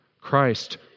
Christ